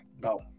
go